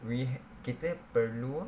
we kita perlu